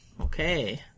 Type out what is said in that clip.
okay